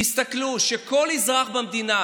תסתכלו שכל אזרח במדינה,